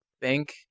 bank